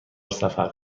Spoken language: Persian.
سفر